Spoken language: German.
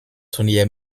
turnier